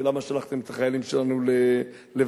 למה שלחתם את החיילים שלנו ללבנון?